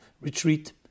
retreat